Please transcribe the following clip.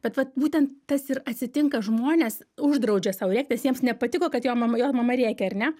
bet vat būtent tas ir atsitinka žmonės uždraudžia sau rėkti nes jiems nepatiko kad jo mama jo mama rėkė ar ne